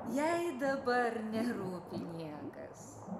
jai dabar nerūpi niekas